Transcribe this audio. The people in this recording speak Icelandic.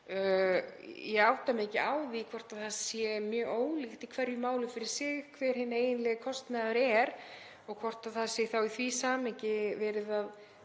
Ég átta mig ekki á því hvort það sé mjög ólíkt í hverju máli fyrir sig hver hinn eiginlegi kostnaður er og hvort það sé þá í því samhengi verið að